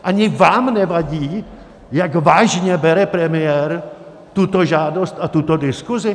Ani vám nevadí, jak vážně bere premiér tuto žádost a tuto diskuzi?